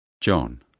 John